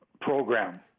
program